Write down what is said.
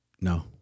No